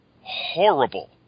horrible